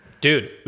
Dude